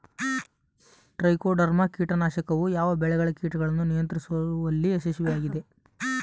Trichoderma ಕೇಟನಾಶಕವು ಯಾವ ಬೆಳೆಗಳ ಕೇಟಗಳನ್ನು ನಿಯಂತ್ರಿಸುವಲ್ಲಿ ಯಶಸ್ವಿಯಾಗಿದೆ?